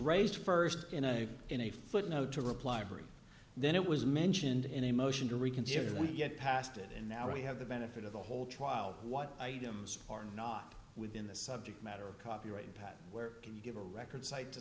raised first in a in a footnote to reply brief and then it was mentioned in a motion to reconsider that we get past it and now we have the benefit of the whole trial what items are not within the subject matter of copyright patent where can you give a record cite to